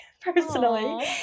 personally